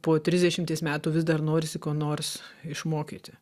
po trisdešimties metų vis dar norisi ko nors išmokyti